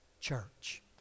church